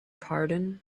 pardon